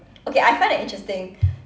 okay I find that interesting